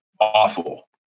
awful